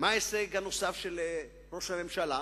מה ההישג הנוסף של ראש הממשלה,